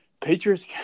patriots